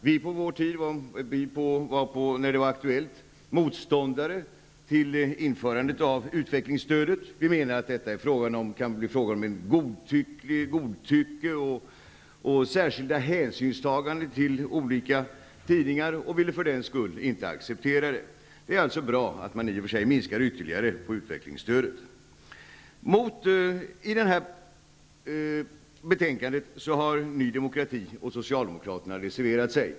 Vi var när det var aktuellt motståndare till införandet av utvecklingsstödet. Vi menar att det kan bli fråga om ett godtycke och särskilda hänsynstaganden till olika tidningar och ville för den skull inte acceptera det. Det är alltså bra att man minskar ytterligare på utvecklingsstödet. I det här betänkandet har Ny demokrati och socialdemokraterna reserverat sig.